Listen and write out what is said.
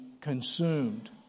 consumed